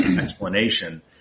explanation